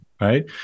right